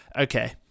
okay